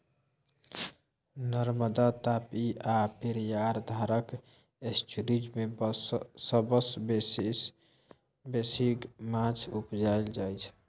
नर्मदा, तापी आ पेरियार धारक एस्च्युरीज मे सबसँ बेसी माछ उपजाएल जाइ छै